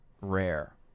rare